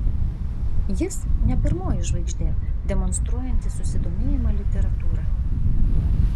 jis ne pirmoji žvaigždė demonstruojanti susidomėjimą literatūra